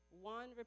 One